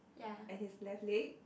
and his left leg